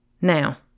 now